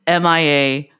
MIA